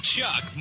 Chuck